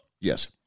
Yes